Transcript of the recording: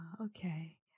Okay